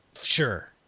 sure